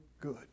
good